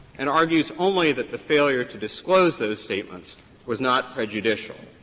and argues only that the failure to disclose those statements was not prejudicial.